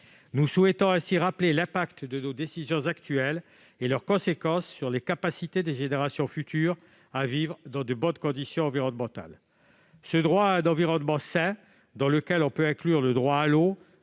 Nous souhaitons ainsi rappeler l'impact de nos décisions actuelles et leurs conséquences sur les capacités des générations futures à vivre dans de bonnes conditions environnementales. Ce droit à un environnement sain, dans lequel on peut inclure le droit à l'eau,